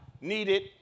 needed